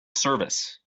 service